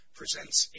presents